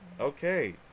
okay